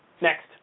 Next